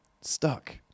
stuck